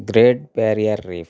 great barrier reef